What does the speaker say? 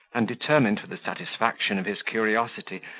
and determined, for the satisfaction of his curiosity,